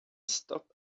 stop